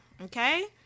okay